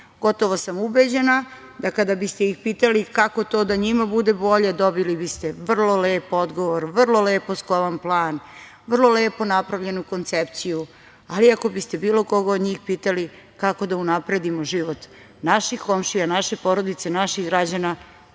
Gotovo sam ubeđena da kada biste ih pitali kako to da njima bude bolje, dobili biste vrlo lepo odgovor, vrlo lepo skovan plan, vrlo lepo napravljenu koncepciju, ali ako biste bilo koga od njih pitali kako da unapredimo život naših komšija, naše porodice, naših građana,